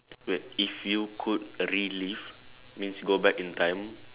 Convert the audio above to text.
wait if you could relive means go back in time